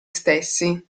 stessi